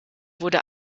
wurde